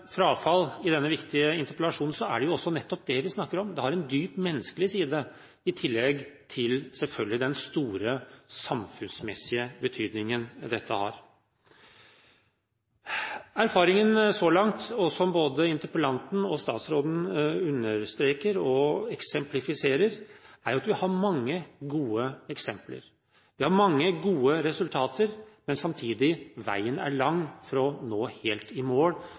frafall i denne viktige interpellasjonen, er det også nettopp det vi snakker om. Det har en dyp menneskelig side, i tillegg til, selvfølgelig, den store samfunnsmessige betydningen dette har. Erfaringen så langt, og som både interpellanten og statsråden understreker og viser til, er at vi har mange gode eksempler. Vi har mange gode resultater, men samtidig: Veien er lang for å nå helt i mål,